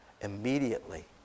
immediately